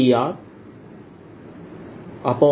r r